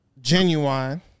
Genuine